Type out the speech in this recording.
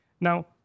Now